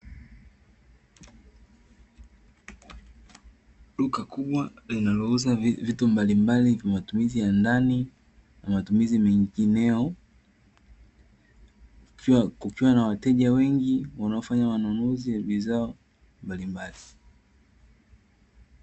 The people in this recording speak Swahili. Duka kubwa linalouza vitu mbalimbali vya matumizi ya ndani na matumizi mengineyo, kukiwa na wateja wengi wanaofanya manunuzi ya bidhaa mbalimbali.